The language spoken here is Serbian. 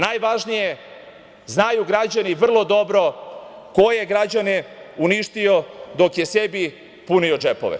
Najvažnije, znaju građani vrlo dobro ko je građane uništio dok je sebi punio džepove.